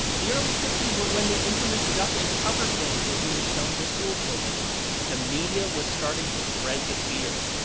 the early fifty s were when the infamous duck and cover films were being shown to school children the media was starting to spread the fear.